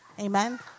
Amen